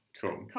Cool